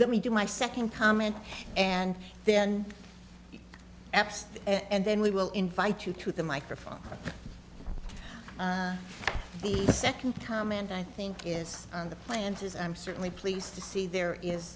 let me do my second comment and then eps and then we will invite you to the microphone the second time and i think yes on the plans is i'm certainly pleased to see there is